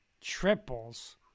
Triples